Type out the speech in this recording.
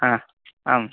ह आम्